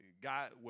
God